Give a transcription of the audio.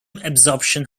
absorption